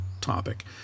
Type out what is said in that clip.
topic